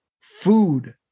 food